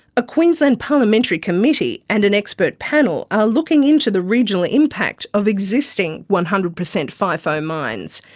a queensland parliamentary committee and an expert panel are looking into the regional impact of existing one hundred percent fifo mines.